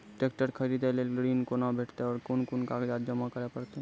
Tractor खरीदै लेल ऋण कुना भेंटते और कुन कुन कागजात जमा करै परतै?